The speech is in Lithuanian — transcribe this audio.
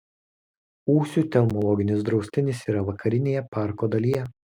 ūsių telmologinis draustinis yra vakarinėje parko dalyje